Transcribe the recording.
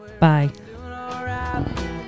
Bye